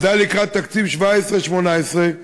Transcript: ודאי לקראת תקציב 2017 2018,